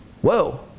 Whoa